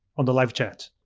on the live chat.